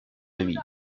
demie